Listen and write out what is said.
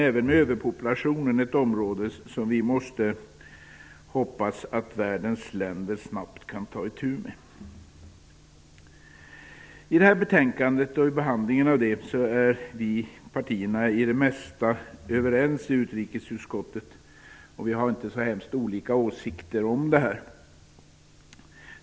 Även överpopulationen är ett problem som vi hoppas att världens länder snabbt kan ta itu med. När det gäller de frågor som behandlas i betänkandet är partierna i utrikesutskottet i det närmaste överens. Vi har inte så olika åsikter om i dessa frågor.